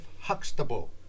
Huxtable